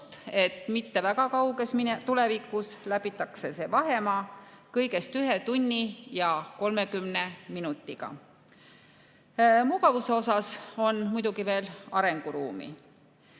et mitte enam väga kauges tulevikus läbitakse see vahemaa kõigest ühe tunni ja 30 minutiga. Mugavuse osas on muidugi veel arenguruumi.